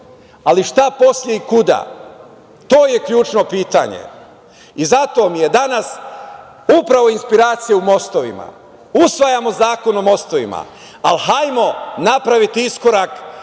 Ali, šta posle i kuda? To je ključno pitanje. Zato mi je danas upravo inspiracija u mostovima. Usvajamo Zakon o mostovima, ali hajdemo napraviti iskorak